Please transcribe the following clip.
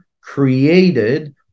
created